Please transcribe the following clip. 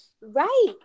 right